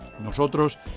Nosotros